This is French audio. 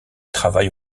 travaille